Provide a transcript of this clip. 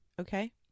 okay